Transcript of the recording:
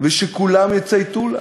ושכולם יצייתו לה.